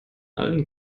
allen